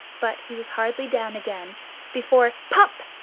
but he was hardly down again before pop!